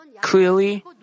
clearly